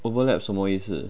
overlap 什么意思